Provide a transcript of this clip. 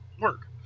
work